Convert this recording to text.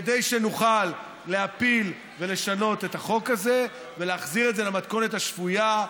כדי שנוכל להפיל ולשנות את החוק הזה ולהחזיר את זה למתכונת השפויה,